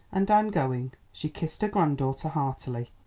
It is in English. and i'm going. she kissed her granddaughter heartily.